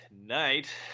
tonight